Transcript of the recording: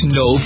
no